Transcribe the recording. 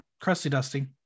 crusty-dusty